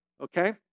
okay